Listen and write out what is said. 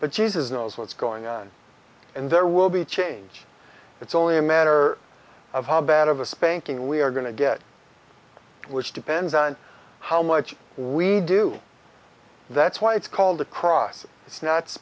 that jesus knows what's going on and there will be change it's only a matter of how bad of a spanking we are going to get which depends on how much we do that's why it's called a cross